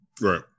right